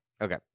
Okay